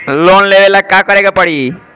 Loan लेवे ला का करे के पड़ी?